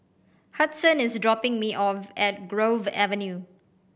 Hudson is dropping me off at Grove Avenue